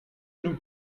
nous